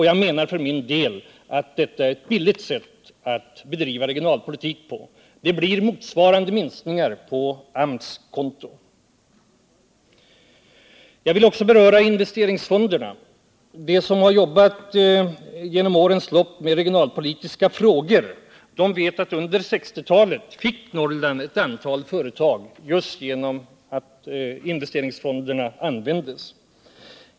Jag menar för min del att detta är ett billigt sätt att bedriva regionalpolitik på, det blir motsvarande minskningar på AMS konto. Jag vill också beröra investeringsfonderna. De som har jobbat med regionalpolitiska frågor under årens lopp vet att under 1960-talet fick Norrland ett antal företag just genom att investeringsfonderna användes.